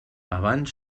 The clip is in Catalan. abans